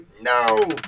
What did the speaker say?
no